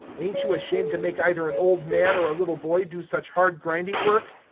ain't you ashamed to make either an old man or a little boy do such hard grinding work?